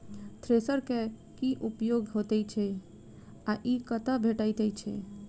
Thresher केँ की उपयोग होइत अछि आ ई कतह भेटइत अछि?